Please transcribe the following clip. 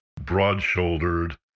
broad-shouldered